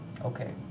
Okay